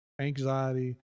anxiety